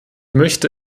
möchte